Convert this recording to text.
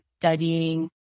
studying